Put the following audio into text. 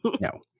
no